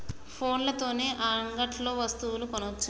ఫోన్ల తోని అంగట్లో వస్తువులు కొనచ్చా?